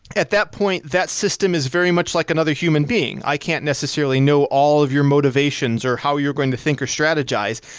at that point, that system is very much like another human being. i can't necessarily know all your motivations or how you're going to think or strategize,